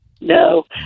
No